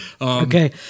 Okay